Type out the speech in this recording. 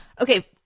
Okay